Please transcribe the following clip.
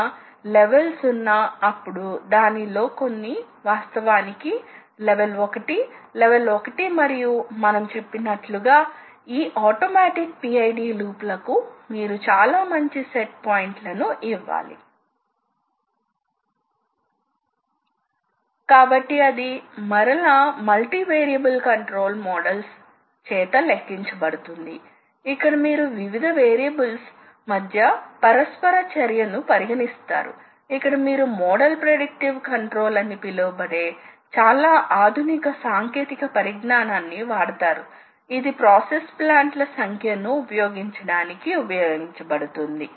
తరచూ చిన్న చిన్న భాగాలలో ప్రాసెస్ చేస్తుంటాం ఎందుకంటే మీరు తరచూ చిన్న చిన్న భాగాలలో ప్రాసెస్ చేస్తే ఒకవేళ మీరు ఆటోమేషన్ ఉపయోగించకపోతే చివరికి మీరు చాలా సమయాన్ని సెటప్ సమయం ద్వారా వృధా చేస్తారు ఎందుకంటే మీకు ప్రతిసారీ ప్రాసెస్ కొరకు క్రొత్త భాగం ఉండ వచ్చు సెటప్ చేయడానికి మంచి సమయాన్ని వెచ్చించిన తరువాత మీరు తయారు చేస్తారుకాబట్టి మీరు కొద్దిసేపు తయారు చేయబోతున్నారు ఆపై మళ్ళీ చిన్న చిన్న భాగాలలో ప్రాసెస్ ఉన్నందున మీరు సెటప్లో సమయం గడప వలసి ఉంటుంది కాబట్టి వాస్తవ ఉత్పాదక సమయం లోహాన్ని కట్ చేసే సమయం వాస్తవానికి తగ్గుతుంది కాబట్టి CNC యంత్రం దీనికి అనుకూలంగా ఉంటుంది ఎందుకంటే ఇది ఆటోమేషన్ ను ఉపయోగించి ఆ సమయాన్ని గణనీయంగా తగ్గిస్తుంది